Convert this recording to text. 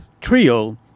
Trio